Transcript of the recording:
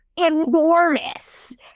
enormous